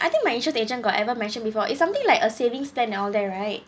I think my insurance agent got ever mentioned before it's something like a savings plan and all that right